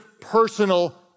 personal